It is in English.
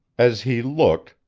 as he looked,